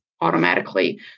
automatically